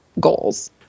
goals